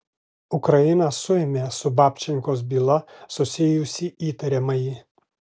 ukraina suėmė su babčenkos byla susijusį įtariamąjį